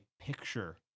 picture